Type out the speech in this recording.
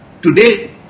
Today